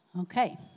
Okay